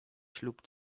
ślub